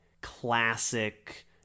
Classic